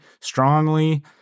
strongly